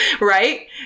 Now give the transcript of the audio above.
right